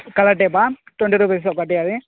colour టేపా twenty rupees ఒకటి అది